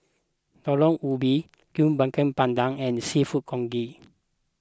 Talam Ubi Kuih Bakar Pandan and Seafood Congee